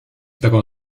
таком